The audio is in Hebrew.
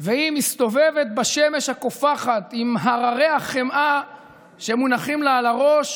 מסתובבת בשמש הקופחת עם הררי החמאה שמונחים לה על הראש,